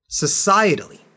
Societally